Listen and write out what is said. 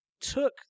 took